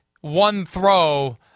one-throw